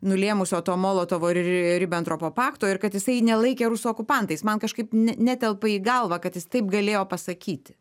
nulėmusio to molotovo ir ribentropo pakto ir kad jisai nelaikė rusų okupantais man kažkaip ne netelpa į galvą kad jis taip galėjo pasakyti